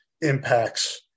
impacts